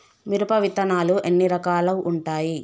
మిరప విత్తనాలు ఎన్ని రకాలు ఉంటాయి?